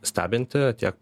stebinti tiek